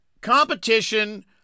competition